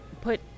put